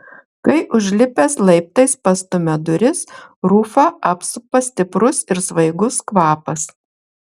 kai užlipęs laiptais pastumia duris rufą apsupa stiprus ir svaigus kvapas